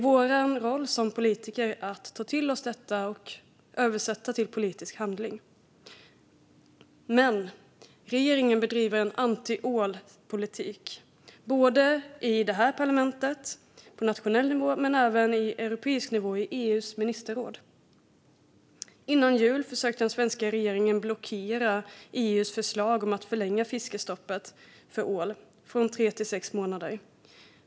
Vår roll som politiker är att ta till oss detta och översätta det i politisk handling. Men regeringen bedriver anti-ål-politik, både i det här parlamentet på nationell nivå och i EU:s ministerråd på europeisk nivå. Före jul försökte den svenska regeringen blockera EU:s förslag om att förlänga fiskestoppet för ål från tre till sex månader.